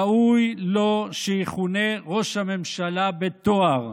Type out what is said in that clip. ראוי לו שיכונה ראש הממשלה בתואר,